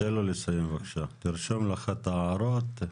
תן לו לסיים בבקשה, תרשום לך את ההערות,